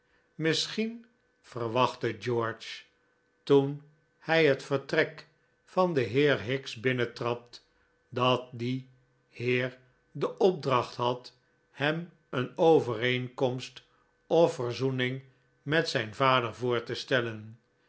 misschien verwachtte george toen hij het vertrek van den heer higgs binnentrad dat die heer de opdracht had hem een overeenkomst of verzoening met zijn vader voor te stellen